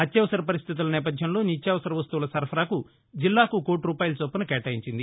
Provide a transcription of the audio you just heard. అత్యవసర పరిస్టితుల నేపథ్యంలో నిత్యావసర వస్తువుల సరఫరాకు జిల్లాకు కోటి రూపాయల చొప్పున కేటాయించింది